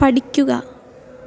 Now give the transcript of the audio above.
പഠിക്കുക